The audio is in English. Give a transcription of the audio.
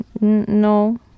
no